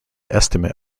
estimate